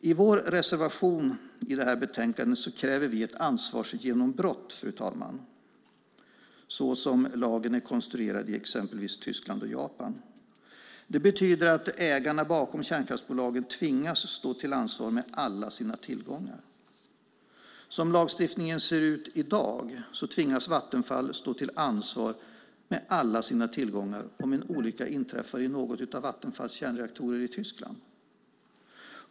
I vår reservation i det här betänkandet kräver vi ett ansvarsgenombrott, fru talman, så som lagen är konstruerad i exempelvis Tyskland och Japan. Det betyder att ägarna bakom kärnkraftsbolaget tvingas stå till ansvar med alla sina tillgångar. Som lagstiftningen ser ut i dag tvingas Vattenfall stå till ansvar med alla sina tillgångar om en olycka inträffar i någon av Vattenfalls kärnreaktorer i Tyskland.